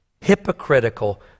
hypocritical